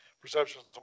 perceptions